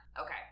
Okay